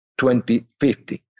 2050